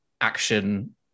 action